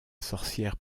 sorcière